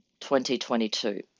2022